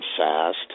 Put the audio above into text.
fast